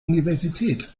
universität